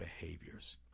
behaviors